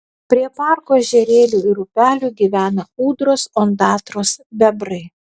prie parko ežerėlių ir upelių gyvena ūdros ondatros bebrai